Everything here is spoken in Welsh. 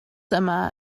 yma